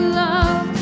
love